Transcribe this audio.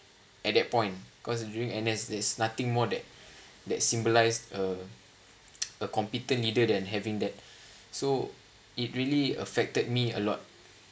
at that point considering N_S there's nothing more than that symbolised a a competent nee~ than I'm having that so it really affected me a lot